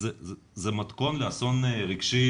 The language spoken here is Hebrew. זה מתכון לאסון רגשי,